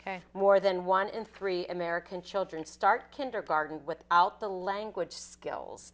ok more than one in three american children start kindergarten without the language skills